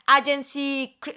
agency